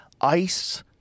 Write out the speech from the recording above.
ice